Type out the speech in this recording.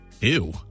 Ew